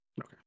Okay